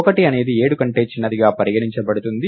1 అనేది 7 కంటే చిన్నదిగా పరిగణించబడుతుంది